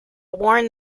warn